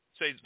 Say